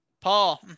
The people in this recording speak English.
Paul